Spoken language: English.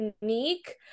unique